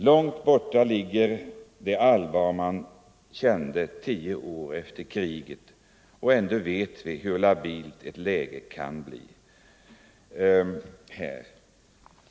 Långt borta är nu det allvar man kände tio år efter kriget, och ändå vet vi hur labilt läget kan bli.